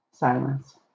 silence